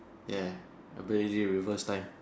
ya ability reverse time